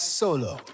solo